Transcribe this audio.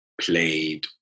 played